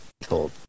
told